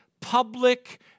public